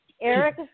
Eric